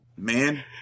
Man